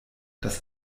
das